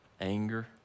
anger